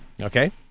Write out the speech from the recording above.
okay